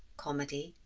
comedy,